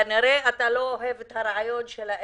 כנראה שאתה לא אוהב את הרעיון של אקזיט.